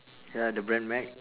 ya the brand mac